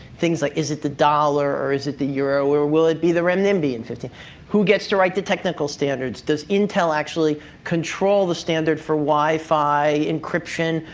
things like, is it the dollar, or is it the euro, or will it be the renminbi in fifteen who gets to write the technical standards? does intel actually control the standard for wi-fi encryption?